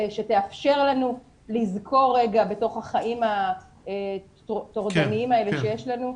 שתאפשר לנו לזכור רגע בתוך החיים הטורדניים האלה שיש לנו ש: